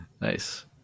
nice